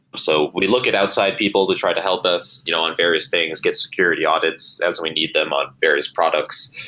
so look at outside people to try to help us you know on various things, get security audits as we need them on various products,